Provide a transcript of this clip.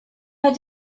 had